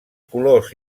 colors